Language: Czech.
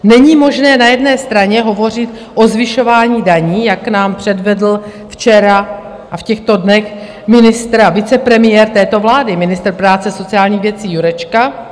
Není možné na jedné straně hovořit o zvyšování daní, jak nám předvedl včera a v těchto dnech ministr a vicepremiér této vlády, ministr práce a sociálních věcí Jurečka.